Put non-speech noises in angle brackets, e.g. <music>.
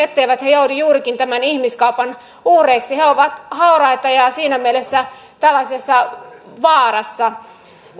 <unintelligible> etteivät he joudu juurikin tämän ihmiskaupan uhreiksi he ovat hauraita ja siinä mielessä tällaisessa vaarassa